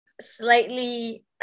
slightly